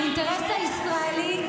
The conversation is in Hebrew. האינטרס הישראלי,